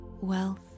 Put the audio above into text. Wealth